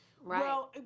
Right